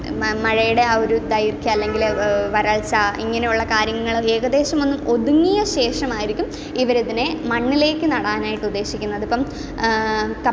മഴയുടെ ആ ഒരു ദൈർഘ്യം അല്ലെങ്കിൽ വരൾച്ച ഇങ്ങനെയുള്ള കാര്യങ്ങൾ ഏകദേശം ഒന്ന് ഒതുങ്ങിയ ശേഷം ആയിരിക്കും ഇവരിതിനെ മണ്ണിലേക്ക് നടാൻ ആയിട്ട് ഉദ്ദേശിക്കുന്നത് ഇപ്പം കപ്പ